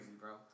bro